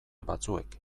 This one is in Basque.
batzuek